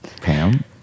Pam